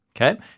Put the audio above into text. Okay